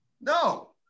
No